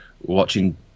watching